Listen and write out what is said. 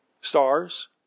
stars